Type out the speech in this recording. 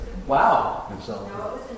Wow